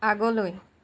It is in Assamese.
আগলৈ